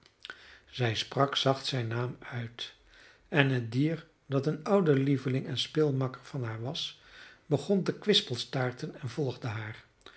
zij sprak zacht zijn naam uit en het dier dat een oude lieveling en speelmakker van haar was begon te kwispelstaarten en volgde haar